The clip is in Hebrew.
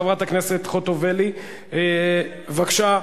חברת הכנסת חוטובלי, בבקשה.